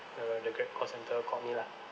the the Grab call center called me lah